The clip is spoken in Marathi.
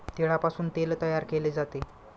तिळापासून तेल तयार केले जाते